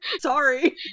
Sorry